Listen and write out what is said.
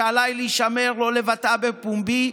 שעליי להישמר לא לבטאה בפומבי,